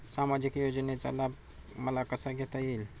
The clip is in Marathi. सामाजिक योजनेचा लाभ मला कसा घेता येईल?